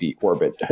orbit